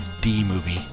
D-movie